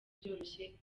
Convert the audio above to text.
byoroshye